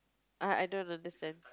I I don't understand